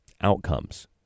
outcomes